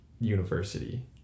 university